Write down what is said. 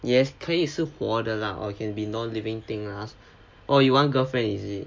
也可以是活的 lah or can be non living thing lah oh you want girlfriend is it